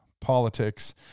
politics